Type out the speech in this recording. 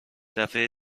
دفعه